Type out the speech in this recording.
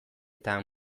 eta